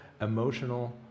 emotional